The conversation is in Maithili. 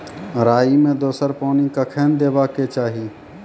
राई मे दोसर पानी कखेन देबा के चाहि?